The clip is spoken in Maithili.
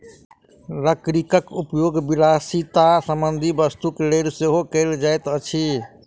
लकड़ीक उपयोग विलासिता संबंधी वस्तुक लेल सेहो कयल जाइत अछि